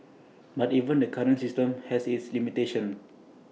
but even the current system has its limitations